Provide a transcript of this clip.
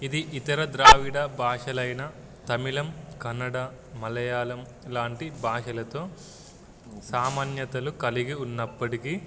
ఇది ఇతర ద్రావిడ భాషలైన తమిళం కన్నడ మలయాళం లాంటి భాషలతో సామాన్యతలు కలిగి ఉన్నప్పటికీ